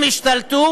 הם השתלטו